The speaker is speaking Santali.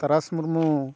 ᱛᱟᱨᱟᱥ ᱢᱩᱨᱢᱩ